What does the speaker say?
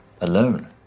alone